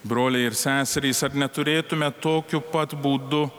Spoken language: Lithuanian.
broliai ir seserys ar neturėtume tokiu pat būdu